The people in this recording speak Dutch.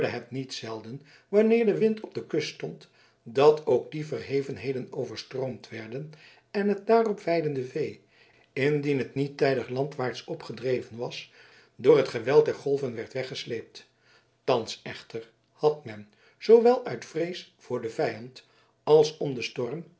niet zelden wanneer de wind op de kust stond dat ook die verhevenheden overstroomd werden en het daarop weidende vee indien het niet tijdig landwaarts opgedreven was door het geweld der golven werd weggesleept thans echter had men zoowel uit vrees voor de vijanden als